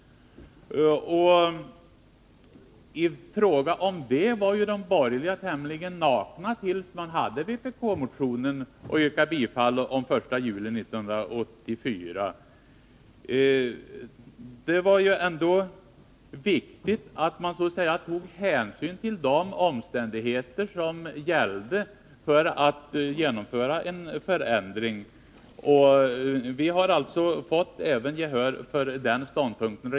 I fråga om det var de borgerliga tämligen nakna till dess de hade vpkmotionens krav om 1 juli 1984 att yrka bifall till. Det var ändå viktigt att, vid genomförandet av en förändring, ta hänsyn till de omständigheter som gällde. Vi har alltså fått gehör även för den ståndpunkten.